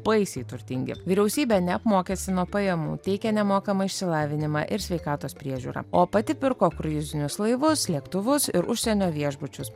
baisiai turtingi vyriausybė neapmokestino pajamų teikė nemokamą išsilavinimą ir sveikatos priežiūrą o pati pirko kruizinius laivus lėktuvus ir užsienio viešbučius